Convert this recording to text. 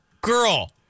girl